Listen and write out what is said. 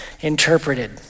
interpreted